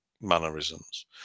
mannerisms